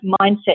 mindset